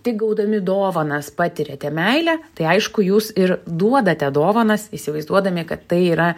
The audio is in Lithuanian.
tik gaudami dovanas patiriate meilę tai aišku jūs ir duodate dovanas įsivaizduodami kad tai yra